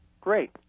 Great